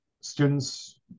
students